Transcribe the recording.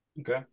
Okay